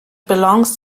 belongs